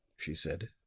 she said.